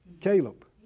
Caleb